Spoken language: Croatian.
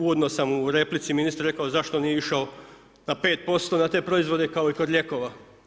Uvodno sam u replici ministru rekao zašto nije išao na 5% na te proizvode kao i kod lijekova.